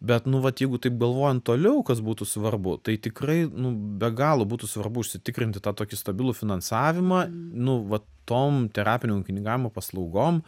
bet nu vat jeigu taip galvojant toliau kas būtų svarbu tai tikrai nu be galo būtų svarbu užsitikrinti tą tokį stabilų finansavimą nu vat tom terapinio ūkininkavimo paslaugom